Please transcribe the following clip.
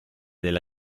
della